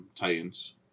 titans